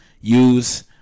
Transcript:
use